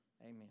Amen